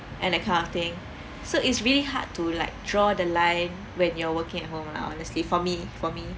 and that kind of thing so it's really hard to like draw the line when you're working at home lah honestly for me for me